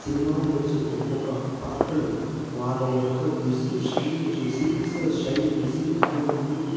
cinema లో వచ్చే ఒక్కొక్క పాత్రలు వాళ్ళ యొక్క దుస్తు శైలిని దుస్తుల శైలిని చూసి ఎంతోమంది